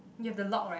you have the lock right